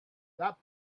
that